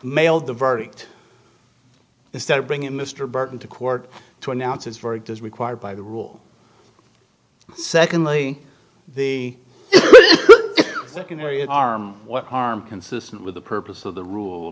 mailed the verdict instead of bring in mr burton to court to announce is very good required by the rule secondly the harm consistent with the purpose of the rule